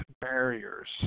barriers